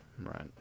Right